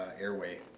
airway